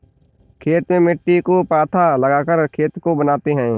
खेती में मिट्टी को पाथा लगाकर खेत को बनाते हैं?